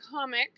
comic